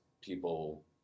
people